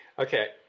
Okay